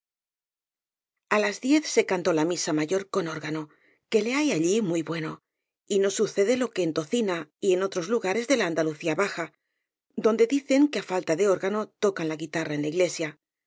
á las diez se cantó la misa mayor con órgano que le hay allí muy bueno y no sucede lo que en tocina y en otros lugares de la andalucía baja donde dicen que á falta de órgano tocan la guitarra en la iglesia